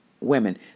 women